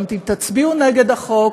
גם אם תצביעו נגד החוק,